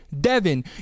Devin